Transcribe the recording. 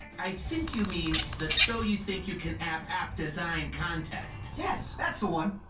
i think you mean the so you think you can app app design contest! yes! that's the one!